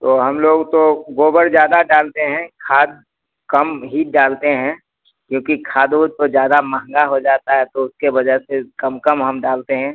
तो हम लोग तो गोबर ज़्यादा डालते हैं खाद कम ही डालते हैं क्योंकि खाद ओद तो ज़्यादा महँगा हो जाता है तो उसके वजह से कम कम हम डालते हैं